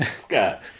Scott